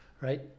right